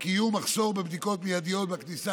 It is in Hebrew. ומחסור בקיום בדיקות מיידיות בכניסה